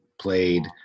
played